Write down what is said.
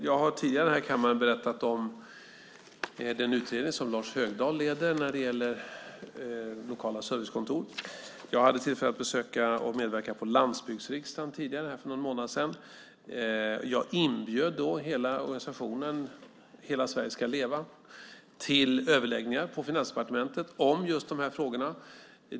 Jag har tidigare i kammaren berättat om den utredning som Lars Högdahl leder om lokala servicekontor. Jag hade tillfälle att besöka och medverka på Landsbygdsriksdagen för någon månad sedan. Jag inbjöd då hela organisationen Hela Sverige ska leva till överläggningar på Finansdepartementet om just dessa frågor.